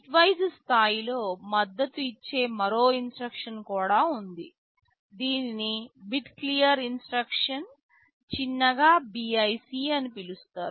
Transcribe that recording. bitwise స్థాయిలో మద్దతు ఇచ్చే మరొక ఇన్స్ట్రక్షన్ కూడా ఉంది దీనిని బిట్ క్లియర్ ఇన్స్ట్రక్షన్ చిన్నగా BIC అని పిలుస్తారు